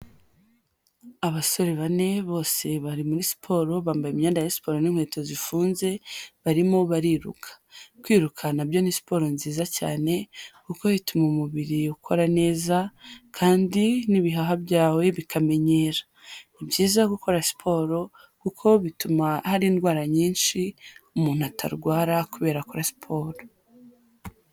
Abasore bane bose bari muri siporo, bambaye imyenda ya siporo n'inkweto zifunze, barimo bariruka. Kwiruka na byo ni siporo nziza cyane kuko bituma umubiri ukora neza kandi n'ibihaha byawe bikamenyera. Ni byiza gukora siporo kuko bituma hari indwara nyinshi umuntu atarwara kubera akora siporo.